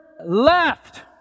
left